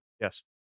Yes